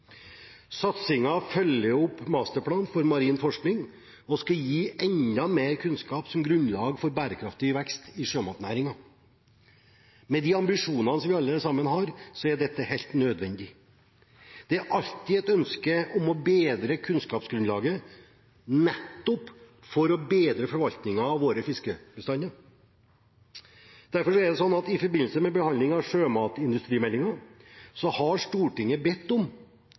Satsingen følger opp masterplanen for marin forskning og skal gi enda mer kunnskap som grunnlag for bærekraftig vekst i sjømatnæringen. Med de ambisjonene vi alle har, er dette helt nødvendig. Det er alltid et ønske om å bedre kunnskapsgrunnlaget, nettopp for å bedre forvaltningen av våre fiskebestander. Derfor er det sånn at i forbindelse med behandlingen av sjømatindustrimeldingen har Stortinget bedt om